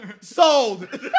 Sold